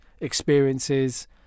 experiences